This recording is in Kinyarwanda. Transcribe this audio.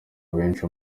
abenshi